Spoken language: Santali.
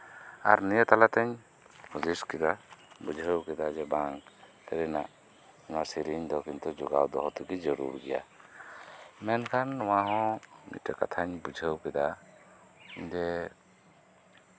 ᱟᱨ ᱱᱤᱭᱟᱹ ᱛᱟᱞᱟᱛᱤᱧ ᱦᱩᱫᱤᱥ ᱠᱮᱫᱟ ᱵᱩᱡᱷᱟᱹᱣ ᱠᱮᱫᱟ ᱡᱮ ᱵᱟᱝ ᱥᱟᱹᱨᱤᱱᱟᱜ ᱱᱚᱶᱟ ᱥᱮᱹᱨᱮᱹᱧ ᱫᱚ ᱠᱤᱱᱛᱩ ᱡᱚᱜᱟᱣ ᱫᱚᱦᱚ ᱛᱷᱮᱠᱮ ᱡᱟᱹᱲᱩᱲ ᱜᱮᱭᱟ ᱢᱮᱱᱠᱷᱟᱱ ᱱᱚᱶᱟ ᱦᱚᱸ ᱢᱤᱫᱴᱮᱱ ᱠᱟᱛᱷᱟᱧ ᱵᱩᱡᱷᱟᱹᱣ ᱠᱮᱫᱟ ᱡᱮ